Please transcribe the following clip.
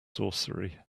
sorcery